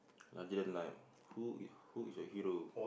larger than life who is who is your hero